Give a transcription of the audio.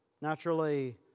naturally